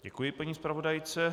Děkuji paní zpravodajce.